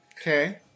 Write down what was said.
Okay